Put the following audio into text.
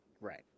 Right